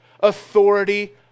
Authority